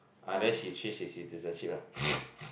ah then he change his citizenship ah